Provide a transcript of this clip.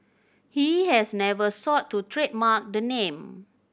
he has never sought to trademark the name